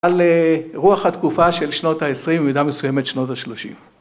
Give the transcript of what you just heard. ‫על רוח התקופה של שנות ה-20 ‫ומידה מסוימת שנות ה-30.